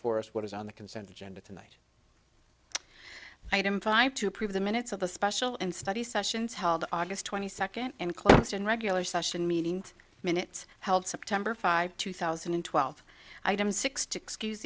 us what is on the consent agenda tonight item five to prove the minutes of the special and study sessions held august twenty second and close in regular session meeting minutes held september five two thousand and twelve item six to excuse